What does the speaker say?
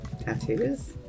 tattoos